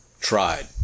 tried